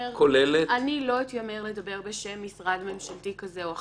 אני לא אתיימר לדבר בשם משרד ממשלתי כזה או אחר,